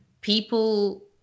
people